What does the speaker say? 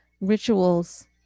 Rituals